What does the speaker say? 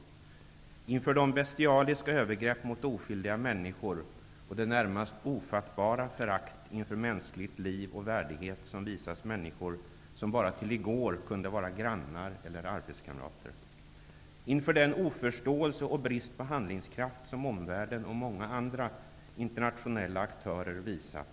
Det är inför de bestialiska övergrepp mot oskyldiga människor och det närmast ofattbara förakt inför mänskligt liv och värdighet som visas människor, som till i går kunde vara grannar eller arbetskamrater. Det gäller också inför den oförståelse och brist på handlingskraft som omvärlden och många andra internationella aktörer visat.